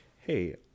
hey